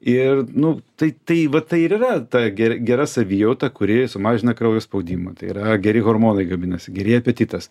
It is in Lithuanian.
ir nu tai tai va tai ir yra ta ge gera savijauta kuri sumažina kraujo spaudimą tai yra geri hormonai gaminasi gerėja apetitas